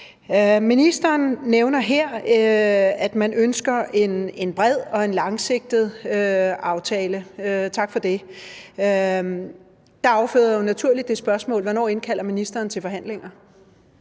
Ministeren nævner her, at man ønsker en bred og en langsigtet aftale. Tak for det. Det afføder jo naturligt det spørgsmål: Hvornår indkalder ministeren til forhandlinger?